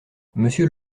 monsieur